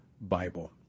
Bible